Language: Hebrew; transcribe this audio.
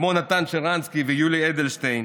כמו נתן שרנסקי ויולי אדלשטיין,